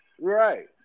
Right